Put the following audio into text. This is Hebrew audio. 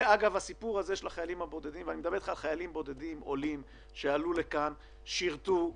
אני מדבר על חיילים בודדים שעלו לכאן, שירתו,